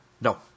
No